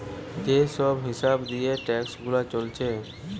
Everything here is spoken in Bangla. যে সব হিসাব দিয়ে ট্যাক্স গুনা চলছে